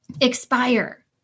expire